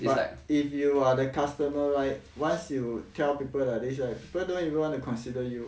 but if you are the customer right once you tell people lah they should like people don't even want to consider you